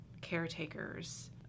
caretakers